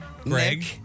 Greg